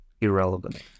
irrelevant